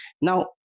now